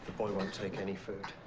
boy won't take any food.